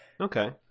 Okay